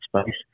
space